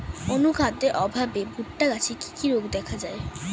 অনুখাদ্যের অভাবে ভুট্টা গাছে কি কি রোগ দেখা যায়?